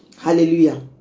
Hallelujah